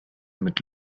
mit